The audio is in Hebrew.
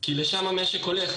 כי לשם המשק הולך.